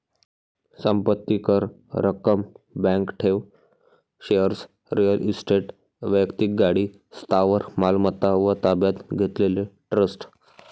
संपत्ती कर, रक्कम, बँक ठेव, शेअर्स, रिअल इस्टेट, वैक्तिक गाडी, स्थावर मालमत्ता व ताब्यात घेतलेले ट्रस्ट